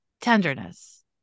tenderness